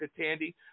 tandy